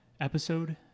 episode